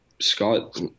Scott